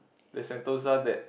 there's Sentosa that